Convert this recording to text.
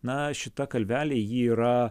na šita kalvelė ji yra